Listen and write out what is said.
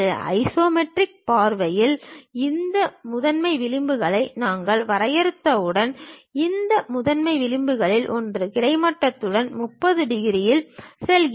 isometric பார்வையில் இந்த முதன்மை விளிம்புகளை நாங்கள் வரையறுத்தவுடன் இந்த முதன்மை விளிம்புகளில் ஒன்று கிடைமட்டத்துடன் 30 டிகிரி செய்கிறது